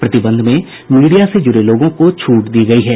प्रतिबंध में मीडिया से जुड़े लोगों को छूट दी गयी है